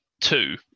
two